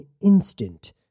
instant